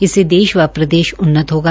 इससे देश व प्रदेश उन्नत होगा